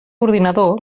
ordinador